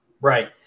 Right